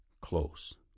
close